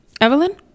Evelyn